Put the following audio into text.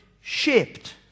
shaped